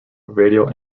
radial